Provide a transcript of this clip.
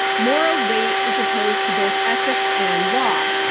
moral weight is opposed to both ethics and law.